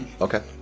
Okay